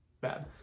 bad